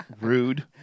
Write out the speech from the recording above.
Rude